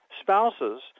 spouses